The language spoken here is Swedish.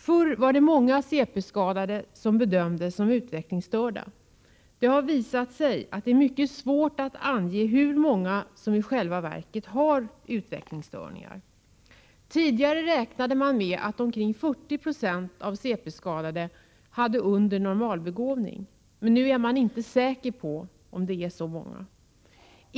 Förr var det många cp-skadade som bedömdes som utvecklingsstörda. Det har visat sig att det är mycket svårt att ange hur många som i själva verket har utvecklingsstörningar. Tidigare räknade man med att omkring 40 96 av de cp-skadade låg under normalbegåvning. Nu är man inte säker på att det är så många.